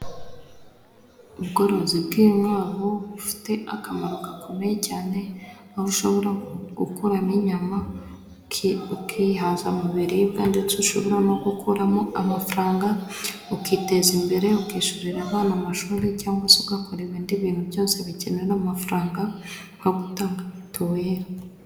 Ubworozi bw'inkwavu bufite akamaro gakomeye cyane, aho ushobora gukuramo inyama ukihaza mu biribwa, ndetse ushobora no gukuramo amafaranga ukiteza imbere, ukishyurira abana amashuri, cyangwa se ugakora ibindi bintu byose bikenewe n'amafaranga nko gutanga mituweri.